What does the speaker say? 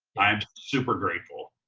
i am super grateful.